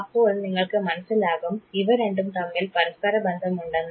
അപ്പോൾ നിങ്ങൾക്ക് മനസ്സിലാകും ഇവ രണ്ടും തമ്മിൽ പരസ്പരബന്ധമുണ്ടെന്ന്